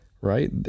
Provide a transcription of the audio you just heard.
Right